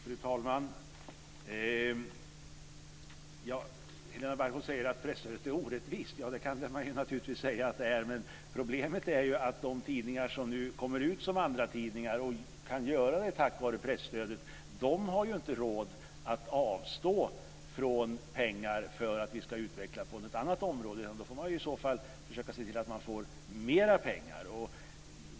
Fru talman! Helena Bargholtz säger att presstödet är orättvist. Ja, det kan man naturligtvis säga att det är, men problemet är ju att de tidningar som nu kommer ut som andratidningar och kan göra det tack vare presstödet ju inte har råd att avstå från pengar för att vi ska utveckla på något annat område. Då får man i så fall försöka se till att man får mera pengar.